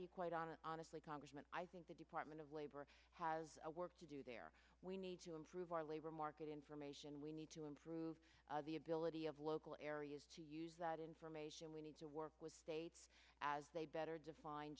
you quite honestly congressman i think the department of labor has a work to do there we need to improve our labor market information we need to improve the ability of local areas to use that information we need to work with states as they better